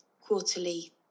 quarterly